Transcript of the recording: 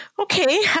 Okay